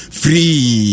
free